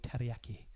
teriyaki